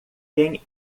quem